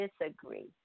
disagree